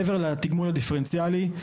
מעבר לתגמול הדיפרנציאלי,